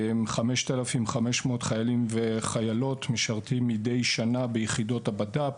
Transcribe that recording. כ-5,500 חיילים וחיילות משרתים מדי שנה ביחידות הבט"פ,